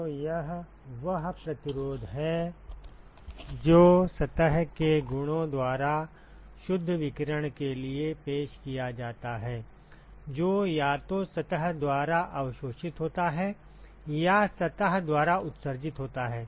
तो यह वह प्रतिरोध है जो सतह के गुणों द्वारा शुद्ध विकिरण के लिए पेश किया जाता है जो या तो सतह द्वारा अवशोषित होता है या सतह द्वारा उत्सर्जित होता है